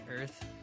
Earth